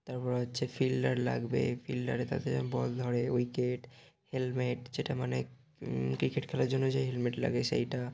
তারপর হচ্ছে ফিল্ডার লাগবে ফিল্ডারে তাদের বল ধরে উইকেট হেলমেট যেটা মানে ক্রিকেট খেলার জন্য যেই হেলমেট লাগে সেইটা